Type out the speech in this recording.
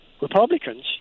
Republicans